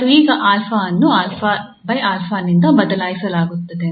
ಮತ್ತು ಈಗ 𝛼 ಅನ್ನು ನಿಂದ ಬದಲಾಯಿಸಲಾಗುತ್ತದೆ